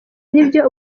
nibyo